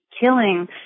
killing